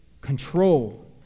control